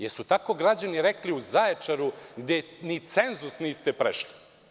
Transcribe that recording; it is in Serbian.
Jel su tako građani rekli u Zaječaru gde ni cenzus niste prešli?